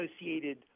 associated